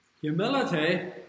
Humility